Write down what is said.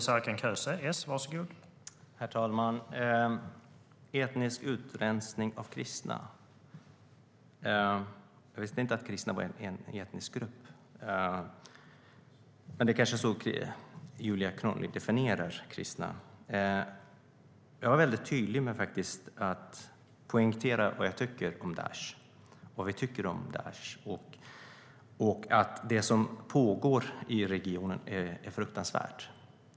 Herr talman! Etnisk utrensning av kristna? Jag visste inte att kristna var en etnisk grupp. Men det kanske är så Julia Kronlid definierar kristna. Jag var faktiskt väldigt tydlig med att poängtera vad jag tycker om Daesh, vad vi tycker om Daesh, och att det som pågår i regionen är fruktansvärt.